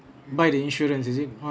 buy the insurance is it